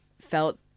felt